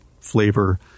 flavor